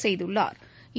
செய்துள்ளா்